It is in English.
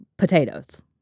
potatoes